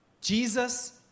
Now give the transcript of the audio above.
Jesus